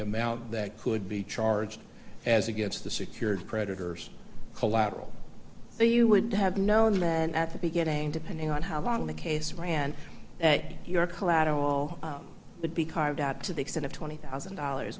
amount that could be charged as against the secured creditors collateral so you would have known men at the beginning depending on how long the case ran that your collateral would be carved out to the extent of twenty thousand dollars